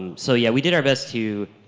and so yeah, we did our best to,